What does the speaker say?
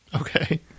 Okay